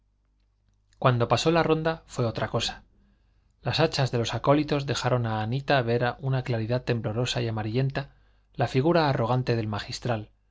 cuando pasó la ronda fue otra cosa las hachas de los acólitos dejaron a anita ver a una claridad temblona y amarillenta la figura arrogante del magistral